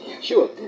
Sure